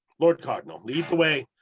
lord cardinal lead the way,